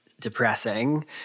depressing